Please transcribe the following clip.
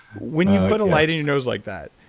when you put a light in your nose like that,